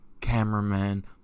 cameraman